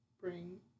bring